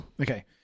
okay